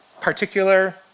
particular